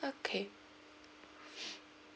okay